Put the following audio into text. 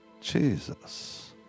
Jesus